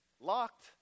locked